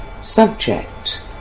subject